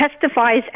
testifies